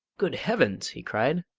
good heavens! he cried.